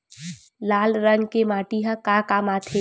लाल रंग के माटी ह का काम आथे?